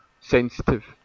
sensitive